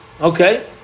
Okay